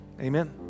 Amen